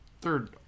third